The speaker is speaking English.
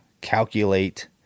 calculate